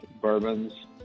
bourbons